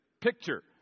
picture